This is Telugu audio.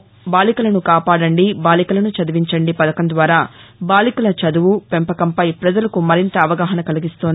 బాలికలసు కాపాడండి బాలికలను చదివించండి పథకం ద్వారా బాలికల చదువు పెంపకంపై పజలకు మరింత అవగాహన కలిగిస్తోంది